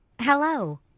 Hello